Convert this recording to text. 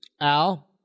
Al